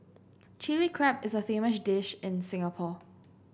Chilli Crab is a famous dish in Singapore